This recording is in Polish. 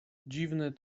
dziwny